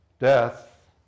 Death